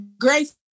grace